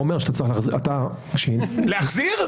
להחזיר --- להחזיר?